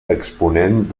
exponent